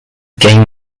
game